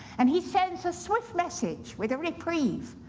and he sends a swift message with a reprieve.